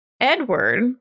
Edward